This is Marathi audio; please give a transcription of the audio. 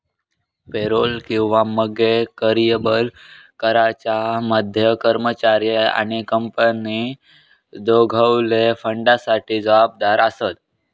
पेरोल किंवा मगे कर्यबल कराच्या मध्ये कर्मचारी आणि कंपनी दोघवले फंडासाठी जबाबदार आसत